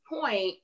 point